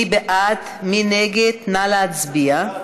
מי בעד, מי נגד, נא להצביע.